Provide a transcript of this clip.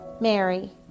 Mary